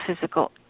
physical